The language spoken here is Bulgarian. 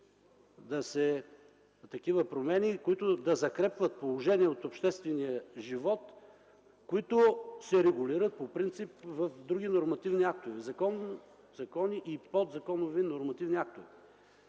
правят такива промени, които да закрепват положение от обществения живот, които се регулират по принцип в други нормативни актове – закони и подзаконови нормативни актове.